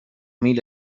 mil